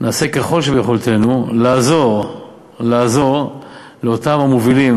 נעשה כל שביכולתנו לעזור לאותם המובילים